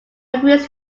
agrees